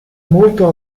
molto